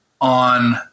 on